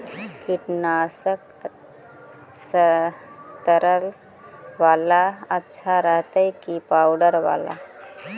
कीटनाशक तरल बाला अच्छा रहतै कि पाउडर बाला?